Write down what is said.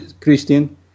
Christian